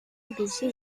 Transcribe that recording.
empêché